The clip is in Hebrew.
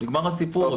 נגמר הסיפור.